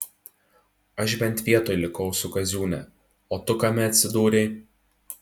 aš bent vietoj likau su kaziūne o tu kame atsidūrei